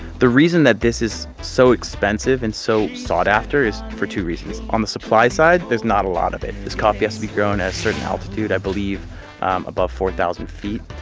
the reason that this is so expensive and so sought after is for two reasons on the supply side, there's not a lot of it. this coffee has to be grown at a certain altitude. i believe above four thousand feet,